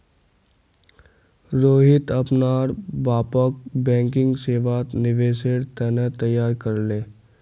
रोहित अपनार बापक बैंकिंग सेवात निवेशेर त न तैयार कर ले